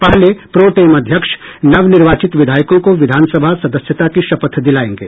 पहले pro tem अध्यक्ष नव निर्वाचित विधायकों को विधान सभा की सदस्यता की शपथ दिलायेंगे